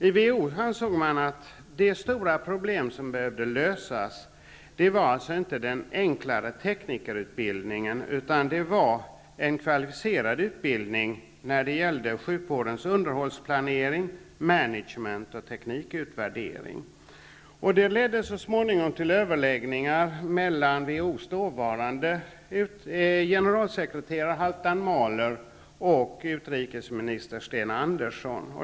I WHO ansåg man att det som behövdes inte var en enklare teknikerutbildning utan en kvalificerad utbildning gällande sjukvårdens underhållsplanering, management och teknikutvärdering. Det ledde så småningom till överläggningar mellan WHO:s dåvarande generalsekreterare Halfdan Mahler och utrikesminister Sten Andersson.